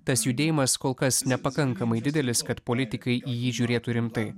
tas judėjimas kol kas nepakankamai didelis kad politikai į jį žiūrėtų rimtai